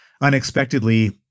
unexpectedly